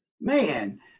man